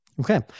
Okay